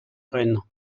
rehn